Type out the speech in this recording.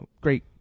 Great